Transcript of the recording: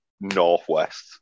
Northwest